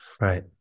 Right